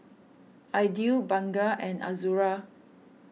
Aidil Bunga and Azura